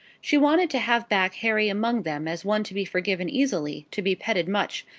she wanted to have back harry among them as one to be forgiven easily, to be petted much,